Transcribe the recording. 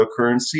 cryptocurrency